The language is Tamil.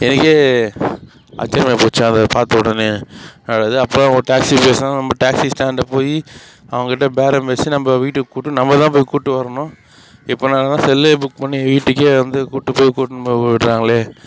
எனக்கு ஆச்சரியமாக போச்சு அதை பார்த்த உடனே அதாவது அப்போலாம் ஒரு டேக்ஸி பேசணும்னா நம்ம டேக்ஸி ஸ்டாண்டு போய் அவங்கக்கிட்ட பேரம் பேசி நம்ம வீட்டுக்கு கூப்பிட்டு நம்பதான் போய் கூப்பிட்டு வரணும் இப்போ நாங்கலாம் செல்லில் புக் பண்ணி வீட்டுக்கு வந்து கூப்பிட்டு போய் கூப்பிட்னு போய் விடுறாங்கள்